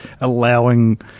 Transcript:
allowing